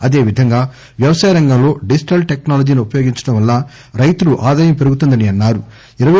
అదే విధంగా వ్యవసాయరంగంలో డిజిటల్ టెక్నాలజీని ఉపయోగించడం వల్ల రైతులు ఆదాయం పెరుగుతుందన్నా రు